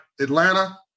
Atlanta